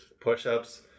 push-ups